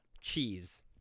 Cheese